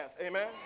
Amen